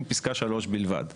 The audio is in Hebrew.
פסקה (3) בלבד.